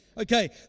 Okay